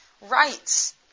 rights